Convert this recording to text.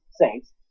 Saints